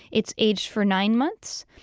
it's aged for nine months.